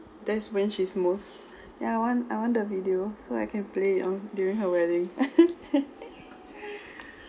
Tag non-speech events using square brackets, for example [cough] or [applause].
that's when she's most yeah I want uh I want the video so I can play on during her wedding [laughs]